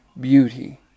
beauty